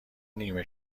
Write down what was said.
نیمه